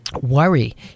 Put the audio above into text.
worry